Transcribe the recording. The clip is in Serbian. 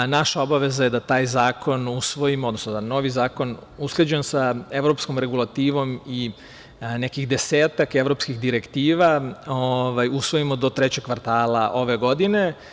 Naša obaveza je da taj zakon usvojimo, odnosno da novi zakon usklađen sa evropskom regulativom i nekih desetak evropskih direktiva usvojimo do trećeg kvartala ove godine.